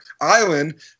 island